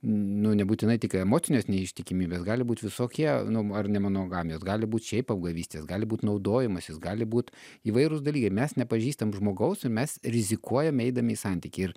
nu nebūtinai tik emocinės neištikimybės gali būt visokie nu mo ar nemonogamijos gali būt šiaip apgavystės gali būt naudojimasis gali būt įvairūs dalykai mes nepažįstam žmogaus ir mes rizikuojam eidami į santykį ir